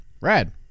rad